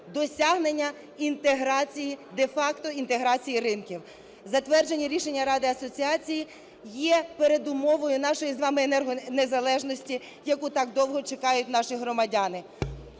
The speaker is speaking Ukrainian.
досягнення інтеграції, де-факто інтеграції ринків. Затвердження Рішення Ради асоціації є передумовою нашої з вами енергонезалежності, яку так довго чекають наші громадяни.